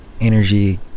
energy